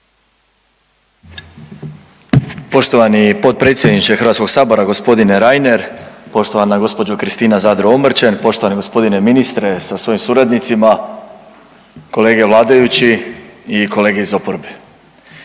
Poštovani potpredsjedniče Hrvatskog sabora gospodine Reiner, poštovana gospođo Kristina Zadro Omrčen, poštovani gospodine ministre sa svojim suradnicima, kolege vladajući i kolege iz oporbe,